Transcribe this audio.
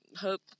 hope